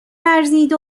ورزید